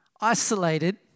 isolated